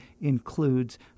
includes